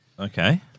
Okay